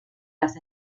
las